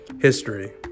History